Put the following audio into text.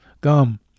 gum